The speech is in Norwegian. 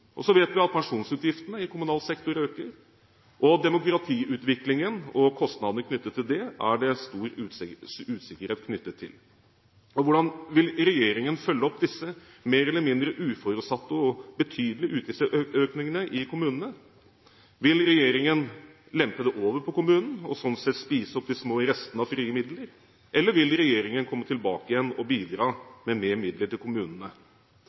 Så vet vi at pensjonsutgiftene i kommunal sektor øker, og demografiutviklingen og kostnadene knyttet til det er det stor usikkerhet rundt. Hvordan vil regjeringen følge opp disse mer eller mindre uforutsette og betydelige økningene i kommunene? Vil regjeringen lempe det over på kommunene og sånn sett spise opp de små restene av frie midler, eller vil regjeringen komme tilbake igjen og bidra med mer midler til kommunene?